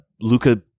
Luca